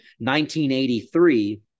1983